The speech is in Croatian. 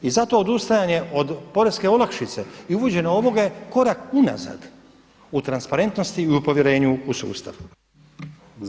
I zato odustajanje od poreske olakšice i uvođenje ovoga je korak unazad u transparentnosti i u povjerenju u sustav.